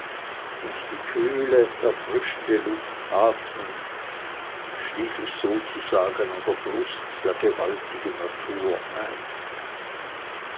und die kühle erfrischende luft atmend schlief ich sozusagen an der brust der gewaltigen natur ein